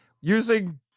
using